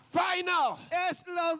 final